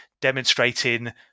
demonstrating